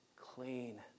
clean